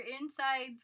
inside